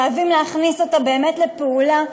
חייבים להכניס אותה באמת לפעולה,